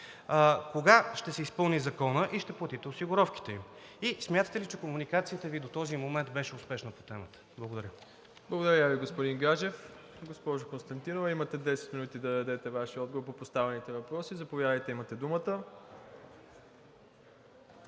Кога ще се изпълни Законът и ще платите осигуровките им? И смятате ли, че комуникацията Ви до този момент беше успешна по темата? Благодаря. ПРЕДСЕДАТЕЛ МИРОСЛАВ ИВАНОВ: Благодаря Ви, господин Гаджев. Госпожо Константинова, имате 10 минути да дадете Вашия отговор по поставените въпроси – заповядайте, имате думата.